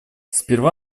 сперва